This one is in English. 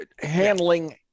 handling